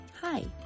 Hi